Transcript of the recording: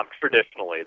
traditionally